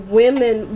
women